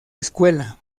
escuela